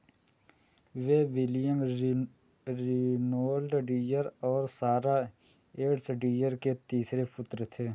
वह विलियम रिन Reynold Dyer और सारा येट्स डीयर के तीसरे पुत्र थे